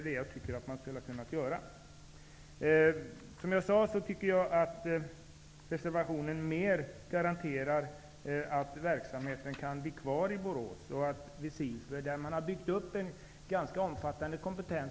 Så tycker jag att det kunde vara. Jag tycker alltså att reservationen är en bättre garanti för att SIFU:s verksamhet i Borås får vara kvar. Man har ju byggt upp en ganska omfattande kompetens.